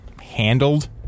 Handled